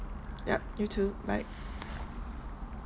yup you too bye